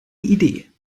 idee